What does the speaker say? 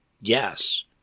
Yes